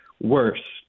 worse